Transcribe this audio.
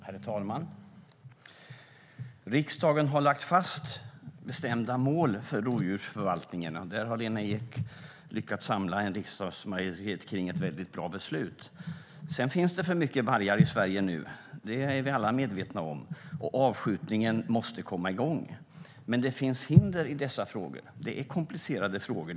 Herr talman! Riksdagen har lagt fram bestämda mål för rovdjursförvaltningen. Där har Lena Ek lyckats samla en riksdagsmajoritet kring ett väldigt bra beslut. Sedan finns det för mycket vargar i Sverige nu. Det är vi alla medvetna om. Avskjutningen måste komma i gång. Men det finns hinder i dessa frågor. Det är komplicerade frågor.